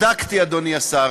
בדקתי, אדוני השר